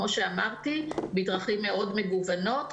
כמו שאמרתי בדרכים מאוד מגוונות,